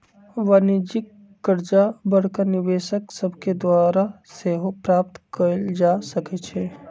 वाणिज्यिक करजा बड़का निवेशक सभके द्वारा सेहो प्राप्त कयल जा सकै छइ